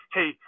Hey